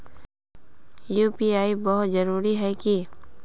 UPI बहुत जरूरी है की?